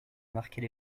marquer